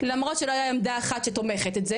למרות שלא הייתה עמדה אחת שתומכת את זה